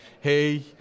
hey